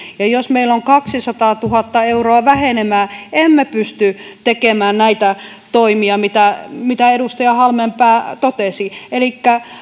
ja jos meillä on kaksisataatuhatta euroa vähenemä emme pysty tekemään näitä toimia mitä mitä edustaja halmeenpää totesi elikkä